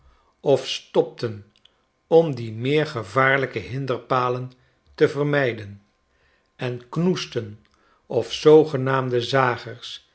of stopten om die meer gevaarlijke hinderpalen te verm jden de knoesten of zoogenaamde zagers